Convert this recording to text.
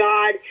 God